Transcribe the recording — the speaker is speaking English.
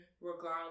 regardless